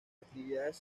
actividades